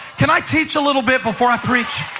can i teach a little bit before i preach?